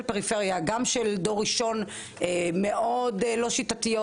פריפריה גם של דור ראשון מאוד לא שיטתיות,